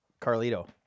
Carlito